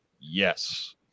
Yes